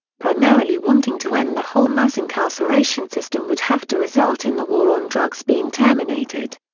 primarily wanting to end the whole mass incarceration system would have to result in the war on drugs being terminated.